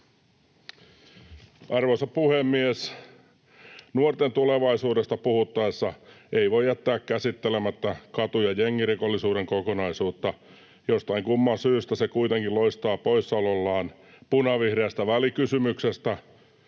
Arvoisa puhemies! Nuorten tulevaisuudesta puhuttaessa ei voi jättää käsittelemättä katu- ja jengirikollisuuden kokonaisuutta. Jostain kumman syystä se kuitenkin loistaa poissaolollaan punavihreästä välikysymyksestä